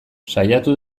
saiatu